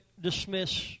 dismiss